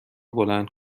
بلند